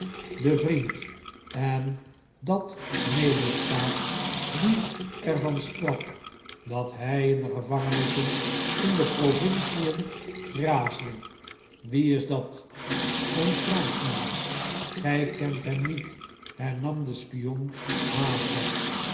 die vriend en dat medeschaap die er van sprak dat hy in de gevangenissen in de provincien graasde wie is dat een pranschman gij kent hem niet hernam de spion haastig